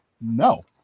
No